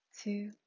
two